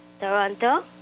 Toronto